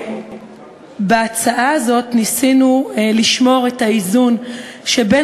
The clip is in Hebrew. בהצעה הזאת ניסינו לשמור את האיזון שבין